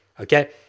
okay